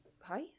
hi